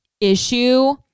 issue